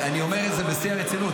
אני אומר את זה בשיא הרצינות.